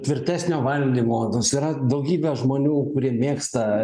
tvirtesnio valdymo nors yra daugybė žmonių kurie mėgsta